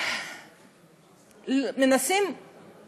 אנחנו